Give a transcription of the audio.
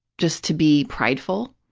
just to be prideful?